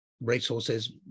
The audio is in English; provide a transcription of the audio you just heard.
resources